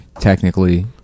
technically